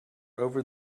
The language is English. over